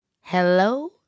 hello